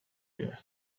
you